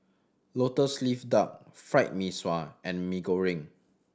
Lotus Leaf Duck Fried Mee Sua and Mee Goreng